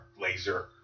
laser